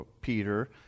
peter